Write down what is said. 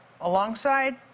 alongside